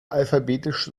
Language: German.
alphabetisch